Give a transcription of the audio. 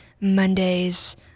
Mondays